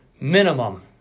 Minimum